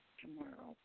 tomorrow